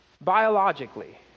Biologically